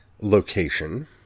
location